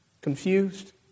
Confused